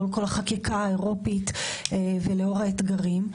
לאור כל החקיקה האירופית ולאור האתגרים.